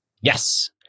Yes